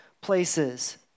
places